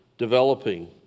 developing